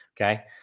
Okay